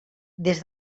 des